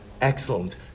Excellent